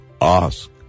Ask